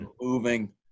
moving